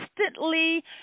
constantly